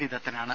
D ദത്തനാണ്